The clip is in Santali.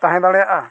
ᱛᱟᱦᱮᱸ ᱫᱟᱲᱮᱭᱟᱜᱼᱟ